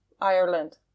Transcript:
Ireland